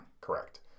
Correct